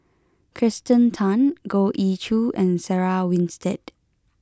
Kirsten Tan Goh Ee Choo and Sarah Winstedt